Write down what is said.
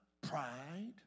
pride